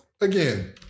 again